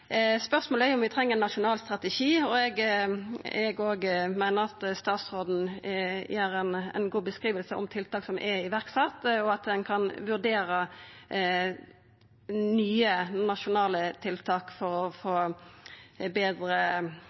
Spørsmålet er om vi treng ein nasjonal strategi. Eg meiner òg at statsråden gir ei god beskriving av tiltak som er sette i verk, og at ein kan vurdera nye nasjonale tiltak for å